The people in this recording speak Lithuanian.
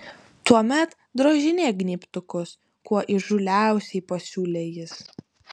tuomet drožinėk gnybtukus kuo įžūliausiai pasiūlė jis